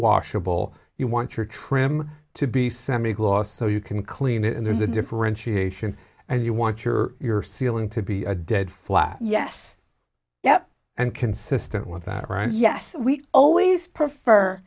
washable you want your trim to be semi gloss so you can clean it and there's a differentiation and you want your your ceiling to be a dead flat yes yep and consistent with that right yes we always prefer